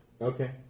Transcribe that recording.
Okay